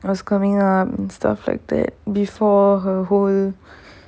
was coming up and stuff like that before her whole